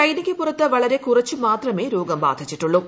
ചൈനയ്ക്ക് പുറത്ത് പ്പളർ കുറച്ചു മാത്രമേ രോഗം ബാധിച്ചിട്ടുള്ളൂ